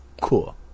cool